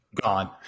gone